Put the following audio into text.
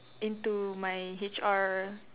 into my H_R